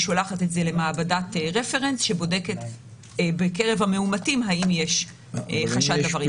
שולחת את זה למעבדת רפרנס שבודקת בקרב המאומתים האם יש חשד לווריאנט.